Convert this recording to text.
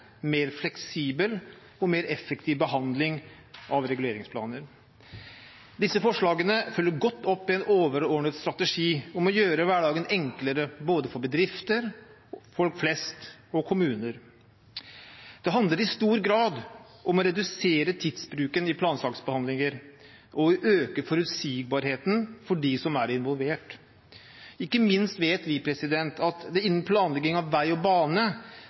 mer fleksibel og mer effektiv behandling av reguleringsplaner. Disse forslagene følger godt opp en overordnet strategi for å gjøre hverdagen enklere både for bedrifter, folk flest og kommuner. Det handler i stor grad om å redusere tidsbruken i plansaksbehandlinger og øke forutsigbarheten for dem som er involvert. Ikke minst vet vi at det innen planlegging av vei og bane